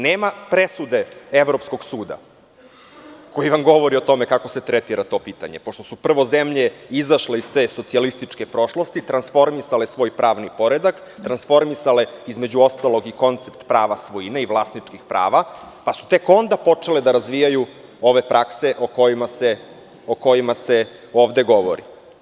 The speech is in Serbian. Nema presude evropskog suda koji vam govori o tome kako se tretira to pitanje pošto su prvo zemlje izašle iz te socijalističke prošlosti, transformisale svoj pravni poredak, transformisale između ostalog i koncept prava svojine i vlasničkih prava, pa su tek onda počele da razvijaju ove prakse o kojima se ovde govori.